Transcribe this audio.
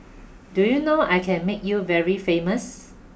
do you know I can make you very famous